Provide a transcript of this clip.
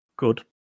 Good